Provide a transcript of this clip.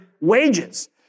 wages